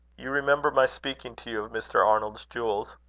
you remember my speaking to you of mr. arnold's jewels?